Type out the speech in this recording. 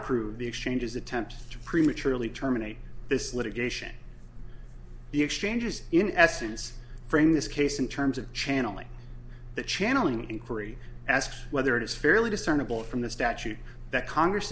approve the exchanges attempt to prematurely terminate this litigation the exchanges in essence frame this case in terms of channeling the channeling inquiry as to whether it is fairly discernable from the statute that congress